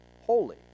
holy